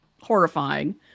horrifying